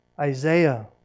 Isaiah